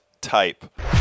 type